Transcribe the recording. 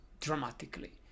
dramatically